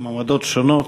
עם עמדות שונות.